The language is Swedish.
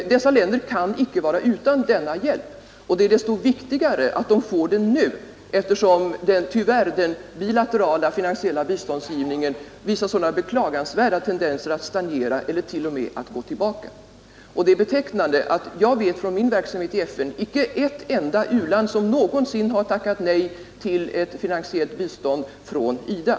De länderna kan icke vara utan denna hjälp, och det är desto viktigare att de får den nu då tyvärr den bilaterala biståndsgivningen visar sådana beklagansvärda tendenser att stagnera eller t.o.m. gå tillbaka. Och det är betecknande att jag vet från min verksamhet i FN icke ett enda u-land som har tackat nej till ett finansiellt bistånd från IDA.